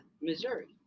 missouri